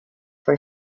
for